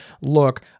look